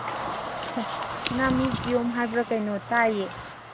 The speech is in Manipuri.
ꯁꯅꯥꯃꯍꯤ ꯀ꯭ꯌꯣꯝ ꯍꯥꯏꯕ꯭ꯔꯥ ꯀꯩꯅꯣ ꯇꯥꯏꯌꯦ